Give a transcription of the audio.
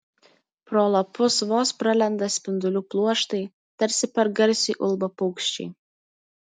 pro lapus vos pralenda spindulių pluoštai tarsi per garsiai ulba paukščiai